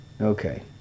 Okay